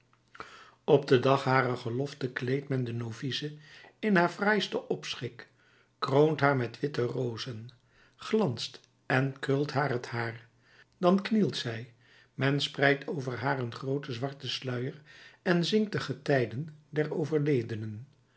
op den dag harer gelofte kleedt men de novice in haar fraaisten opschik kroont haar met witte rozen glanst en krult haar t haar dan knielt zij men spreidt over haar een grooten zwarten sluier en zingt de getijden der overledenen